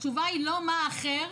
התשובה היא לא מה האחר